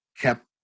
kept